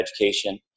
education